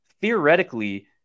theoretically